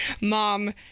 mom